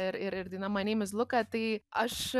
ir ir ir daina mai neim iz luka tai aš